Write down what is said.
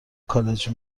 کالج